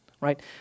right